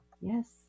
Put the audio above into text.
Yes